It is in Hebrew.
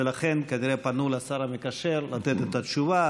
ולכן כנראה פנו לשר המקשר לתת את התשובה.